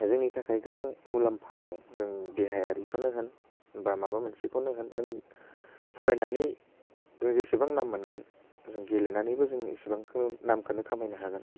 जोंनि थाखाय गोबां मुलाम्फा दं जों देहायारिखौनो होन बा माबा मोनसेखौनो होन नों फरायनानै जों जेसेबां नाम मोनगोन जों गेलेनानैबो जों एसेबांखौ नामखौनो खामायनो हागोन